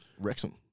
Wrexham